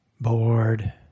bored